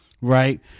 right